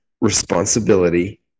responsibility